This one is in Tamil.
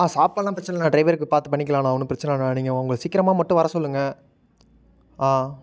ஆ சாப்பாடுலாம் பிரச்சனை இல்லைண்ணா டிரைவருக்கு பார்த்து பண்ணிக்கலாம்ணா ஒன்றும் பிரச்சனை இல்லைண்ணா நீங்கள் அவங்களை சீக்கிரமாக மட்டும் வர சொல்லுங்கள் ஆ